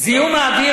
זיהום האוויר,